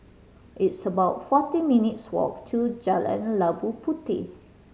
it's about fourteen minutes' walk to Jalan Labu Puteh